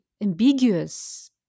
ambiguous